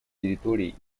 территорий